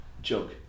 joke